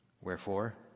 Wherefore